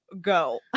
Go